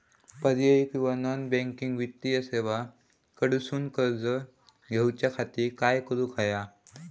पर्यायी किंवा non banking वित्तीय सेवा कडसून कर्ज घेऊच्या खाती काय करुक होया?